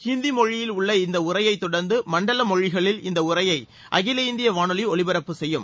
ஹிந்தி மொழியில் உள்ள இந்த உரையைத் தொடர்ந்து மண்டல மொழிகளில் இந்த உரையை அகில இந்திய வானொலி ஒலிபரப்பு செய்யும்